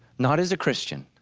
not as a christian,